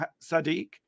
Sadiq